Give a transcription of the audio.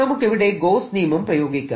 നമുക്കിവിടെ ഗോസ്സ് നിയമം പ്രയോഗിക്കാം